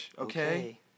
okay